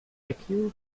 acute